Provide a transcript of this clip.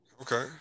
Okay